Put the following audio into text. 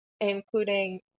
including